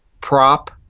prop